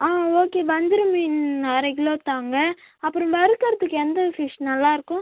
ஆ okay வஞ்சரம் மீன் அரை கிலோ தாங்க அப்புறம் வறுக்குறதுக்கு எந்த ஃபிஷ் நல்லாயிருக்கும்